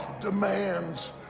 demands